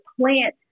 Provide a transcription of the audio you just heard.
plant